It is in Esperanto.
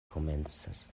komencas